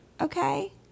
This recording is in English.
Okay